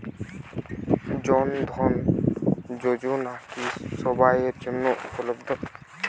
জন ধন যোজনা কি সবায়ের জন্য উপলব্ধ?